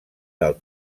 del